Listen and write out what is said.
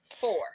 Four